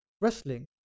wrestling